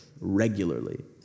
regularly